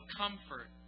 comfort